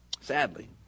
sadly